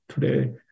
Today